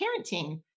parenting